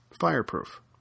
fireproof